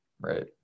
right